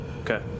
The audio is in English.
Okay